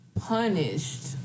punished